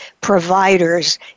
providers